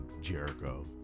jericho